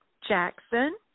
Jackson